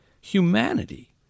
humanity